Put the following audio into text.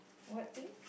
what thing